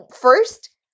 first